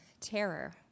terror